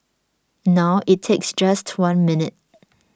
now it takes just one minute